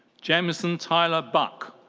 jamison tyler buck.